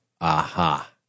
Aha